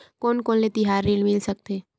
कोन कोन ले तिहार ऋण मिल सकथे?